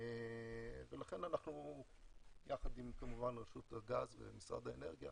ולכן אנחנו יחד עם רשות הגז ומשרד האנרגיה